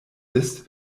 ist